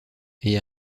est